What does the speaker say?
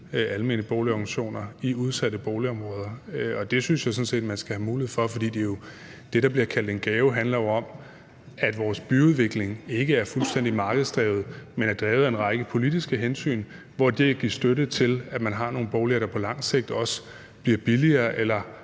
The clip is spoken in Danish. almene boligorganisationer i udsatte boligområder. Og det synes jeg sådan set man skal have mulighed for, for det, der bliver kaldt en gave, handler jo om, at vores byudvikling ikke er fuldstændig markedsdrevet, men er drevet af en række politiske hensyn, hvor man selvfølgelig som kommune skal have mulighed for at prioritere det